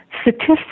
Statistics